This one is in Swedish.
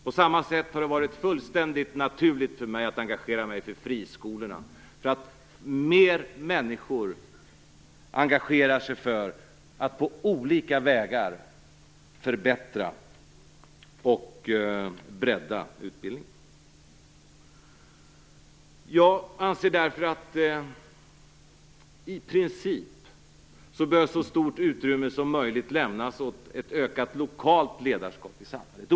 På samma sätt har det varit fullständigt naturligt för mig att engagera mig för friskolorna och för att mer människor engagerar sig för att på olika vägar förbättra och bredda utbildningen. Jag anser därför att i princip behöver så stort utrymme som möjligt lämnas åt ett utökat lokalt ledarskap i samhället.